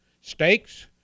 Steaks